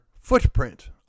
footprint